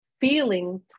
feeling